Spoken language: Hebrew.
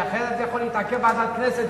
כי אחרת זה יכול להתעכב בוועדת הכנסת,